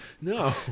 no